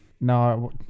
No